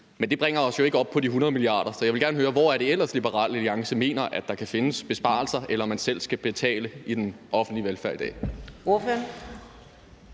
Men det bringer os jo ikke op på de 100 mia. kr., så jeg vil gerne høre: Hvor er det ellers, Liberal Alliance mener at der kan findes besparelser eller man selv skal betale i den offentlige velfærd i dag?